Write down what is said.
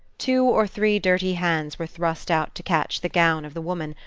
two or three dirty hands were thrust out to catch the gown of the woman,